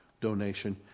donation